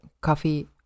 coffee